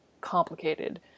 complicated